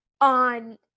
on